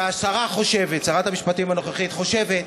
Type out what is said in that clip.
שהשרה חושבת, שרת המשפטים הנוכחית חושבת,